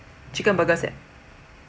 chicken burger set